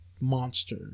monster